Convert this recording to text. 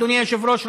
אדוני היושב-ראש,